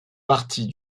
partie